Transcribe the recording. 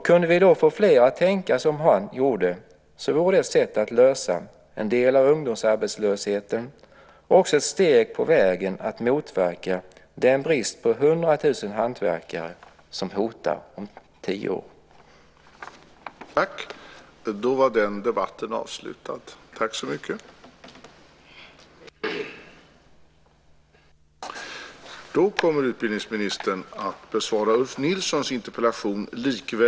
Kunde vi få fler att tänka som han gjorde så vore det ett sätt att råda bot på en del av ungdomsarbetslösheten och även ett steg på vägen att motverka den brist på 100 000 hantverkare som hotar om tio år.